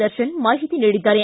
ದರ್ಶನ್ ಮಾಹಿತಿ ನೀಡಿದ್ದಾರೆ